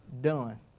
done